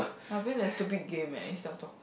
I playing that stupid game eh instead of talking